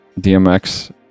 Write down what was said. DMX